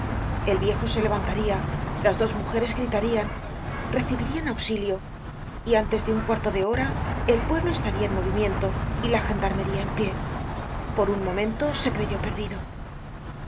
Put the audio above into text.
el viejo se levantaria las dos mujeres gritarian recibirian auxilio y antes de un cuarto de hora el pueblo estaria en movimiento y la gendarmería en pié por un momento se creyó perdido permaneció